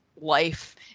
life